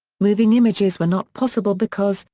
moving images were not possible because,